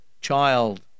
child